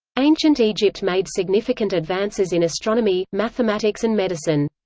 ancient egypt made significant advances in astronomy, mathematics and medicine.